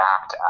Act